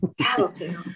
Tattletale